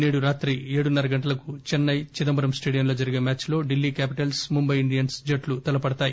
నేదు రాత్రి ఏడున్నర గంటలకు చెన్సై చిదంబరం స్టేడియంలో జరిగే మ్యాచ్ లో ఢిల్లీ క్యాపిటల్స్ ముంబాయి ఇండియన్స్ తలపడుతాయి